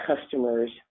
customers